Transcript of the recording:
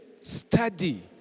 Study